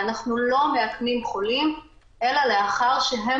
ואנחנו לא מאכנים חולים אלא לאחר שהם